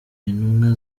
intumwa